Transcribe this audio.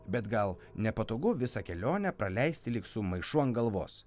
bet gal nepatogu visą kelionę praleisti lyg su maišu ant galvos